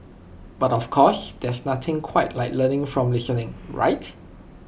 but of course there's nothing quite like learning from listening right